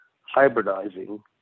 hybridizing